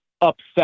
upset